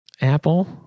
Apple